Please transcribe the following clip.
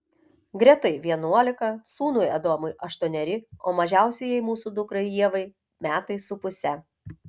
gretai vienuolika sūnui adomui aštuoneri o mažiausiajai mūsų dukrai ievai metai su puse